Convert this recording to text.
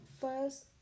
first